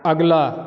अगला